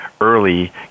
early